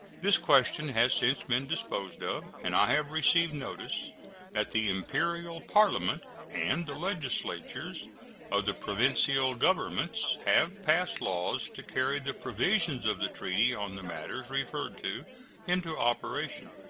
this question has since been disposed of, and i have received notice that the imperial parliament and the legislatures of the provincial governments have passed laws to carry the provisions of the treaty on the matters referred to into operation.